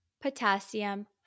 potassium